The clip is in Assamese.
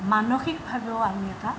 মানসিকভাৱেও আমি এটা